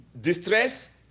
distress